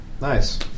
Nice